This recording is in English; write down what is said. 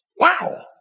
Wow